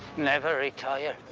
never retire.